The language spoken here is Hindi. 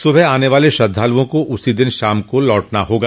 सुबह आने वाले श्रद्धालुओं को उसी दिन शाम को लौटना होगा